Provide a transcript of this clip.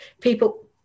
people